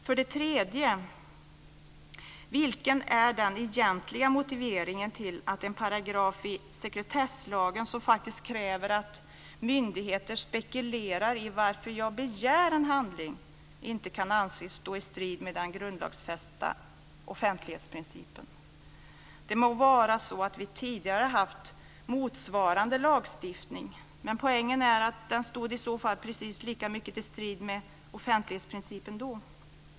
För det tredje: Vilken är den egentliga motiveringen till att en paragraf i sekretesslagen, som faktiskt kräver att myndigheter spekulerar i varför jag begär en handling, inte kan anses stå i strid med den grundlagsfästa offentlighetsprincipen? Det må vara så att vi tidigare har haft motsvarande lagstiftning, men poängen är att den i så fall stod precis lika mycket i strid med offentlighetsprincipen då.